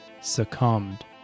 succumbed